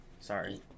Sorry